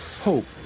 hope